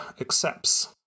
accepts